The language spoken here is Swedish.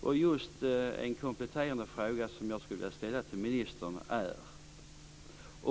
Jag skulle vilja ställa ett par kompletterande frågor till ministern.